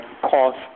cost